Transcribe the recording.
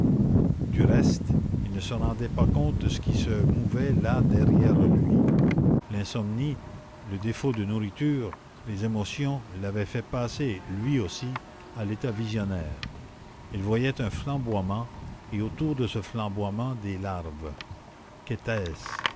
du reste il ne se rendait pas compte de ce qui se mouvait là derrière lui l'insomnie le défaut de nourriture les émotions l'avaient fait passer lui aussi à l'état visionnaire il voyait un flamboiement et autour de ce flamboiement des larves qu'était-ce